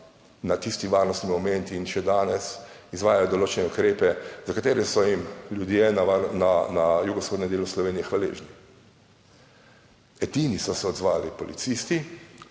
na tisti varnostni moment, in še danes izvajajo določene ukrepe, za katere so jim ljudje na jugovzhodnem delu Slovenije hvaležni. Edini so se odzvali policisti,